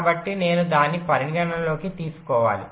కాబట్టి నేను దానిని పరిగణనలోకి తీసుకోవాలి